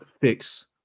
fix